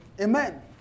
Amen